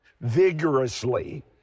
vigorously